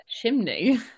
chimney